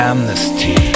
Amnesty